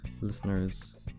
listeners